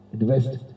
invest